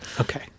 Okay